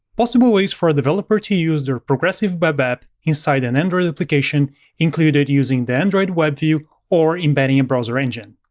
possible ways for developers to use their progressive web app inside an android application included using the android, webview or embedding in browser engine.